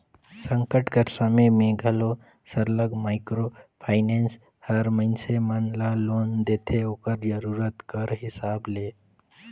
संकट कर समे में घलो सरलग माइक्रो फाइनेंस हर मइनसे मन ल लोन देथे ओकर जरूरत कर हिसाब ले